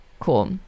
Cool